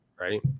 Right